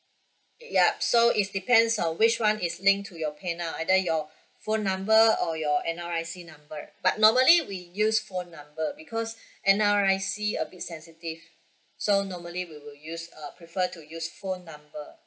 yup so is depends uh which one is link to your pay now whether your phone number or your N_R_I_C number but normally we use phone number because N_R_I_C a bit sensitive so normally we will use uh prefer to use phone number